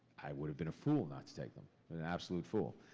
i would have been a fool not to take them. an absolute fool.